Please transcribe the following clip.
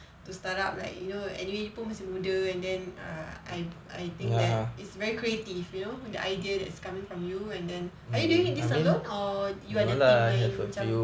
to start up like you know anyway you pun masih muda and then err I I think that is very creative you know the idea that is coming from you and then are you doing this alone or you ada team lain macam